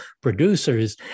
producers